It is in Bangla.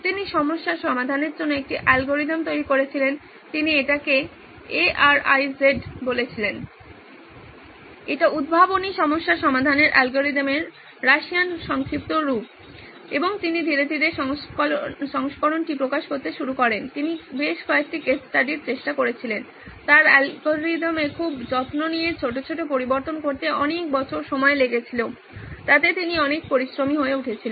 তিনি সমস্যা সমাধানের জন্য একটি অ্যালগরিদম তৈরি করেছিলেন তিনি এটিকে এ আর আই জেড বলেছিলেন এটা উদ্ভাবনী সমস্যা সমাধানের অ্যালগরিদমের রাশিয়ান সংক্ষিপ্ত রূপ এবং তিনি ধীরে ধীরে সংস্করণটি প্রকাশ করতে শুরু করেন তিনি বেশ কয়েকটি কেস স্টাডির case study চেষ্টা করেছিলেন তার অ্যালগরিদমে খুব যত্ন নিয়ে ছোট ছোট পরিবর্তন করতে অনেক বছর সময় লেগেছিল তাতে তিনি অনেক পরিশ্রমী হয়ে উঠেছিলেন